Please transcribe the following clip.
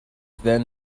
then